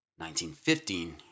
1915